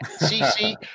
CC